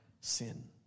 sin